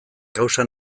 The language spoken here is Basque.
kausa